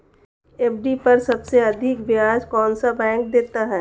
FD पर सबसे अधिक ब्याज कौन सा बैंक देता है?